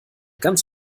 ganz